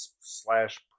slash